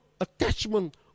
attachment